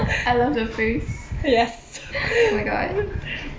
I love the face oh my god